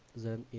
then